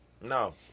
No